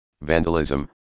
vandalism